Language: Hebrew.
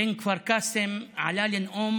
בן כפר קאסם, עלה לנאום